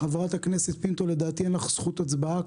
חבר הכנסת פינטו, לדעתי אין לך הצבעה כאן.